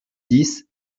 dix